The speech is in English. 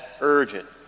urgent